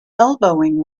elbowing